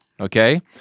okay